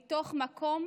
מתוך מקום